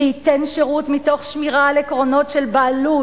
שייתן שירות מתוך שמירה על עקרונות של בעלות,